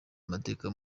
amateka